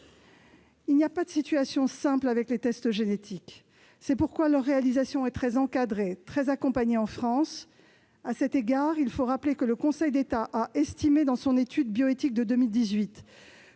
Il n'y a pas de situation simple avec les tests génétiques. C'est pourquoi leur réalisation est très encadrée et très accompagnée en France. À cet égard, il faut rappeler que le Conseil d'État a estimé, dans son étude « bioéthique » de 2018,